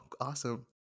awesome